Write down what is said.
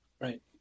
Right